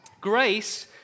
Grace